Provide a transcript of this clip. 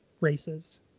races